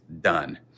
done